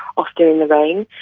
often in the rain.